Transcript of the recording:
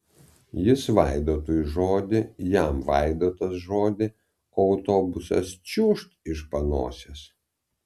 jis vaidotui žodį jam vaidotas žodį o autobusas čiūžt iš panosės